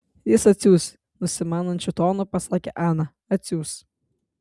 jis atsiųs nusimanančiu tonu pasakė ana atsiųs